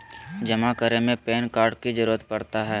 जमा करने में पैन कार्ड की जरूरत पड़ता है?